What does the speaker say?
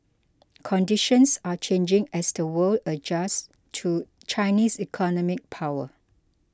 conditions are changing as the world adjusts to Chinese economic power